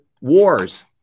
wars